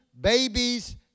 babies